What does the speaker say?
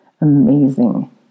amazing